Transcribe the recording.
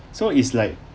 so it's like